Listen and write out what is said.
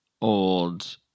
old